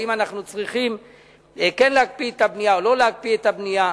אם אנחנו צריכים להקפיא את הבנייה או לא להקפיא את הבנייה.